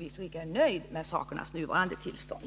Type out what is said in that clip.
bättre inte är nöjd med sakernas nuvarande tillstånd, undrar jag om socialministern är beredd att påskynda socialavgiftsutredningen.